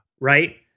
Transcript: right